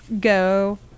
go